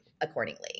accordingly